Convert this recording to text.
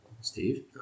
Steve